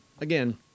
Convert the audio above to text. Again